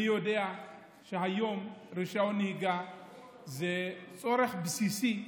אני יודע שהיום רישיון נהיגה זה צורך בסיסי,